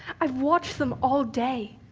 i've watched them all day.